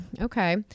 okay